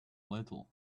little